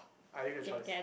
I give you a choice